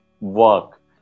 work